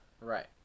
Right